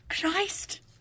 Christ